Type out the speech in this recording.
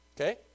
okay